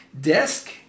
desk